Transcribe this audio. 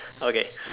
okay